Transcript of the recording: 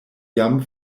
jam